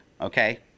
okay